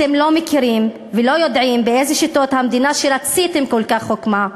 אתם לא מכירים ולא יודעים באיזה שיטות המדינה שרציתם כל כך הוקמה,